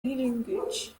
language